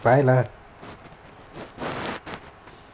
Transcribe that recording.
buy lah